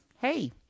Hey